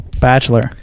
Bachelor